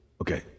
Okay